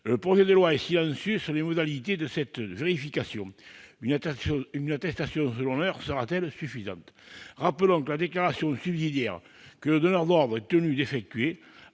Le projet de loi est silencieux sur les modalités de cette vérification. Une attestation sur l'honneur sera-t-elle suffisante ? Rappelons que la déclaration subsidiaire que le donneur d'ordre est tenu d'effectuer,